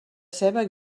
ceba